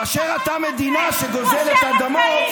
כאשר אתה מדינה שגוזלת אדמות,